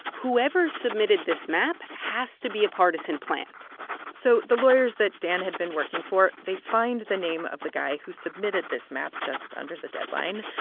whoever submitted this map has to be a partisan plant so the lawyers that dan had been working for, they find the name of the guy who submitted this map just under the deadline,